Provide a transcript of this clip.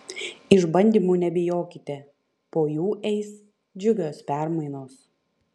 išbandymų nebijokite po jų eis džiugios permainos